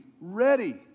ready